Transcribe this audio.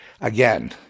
again